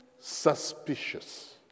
suspicious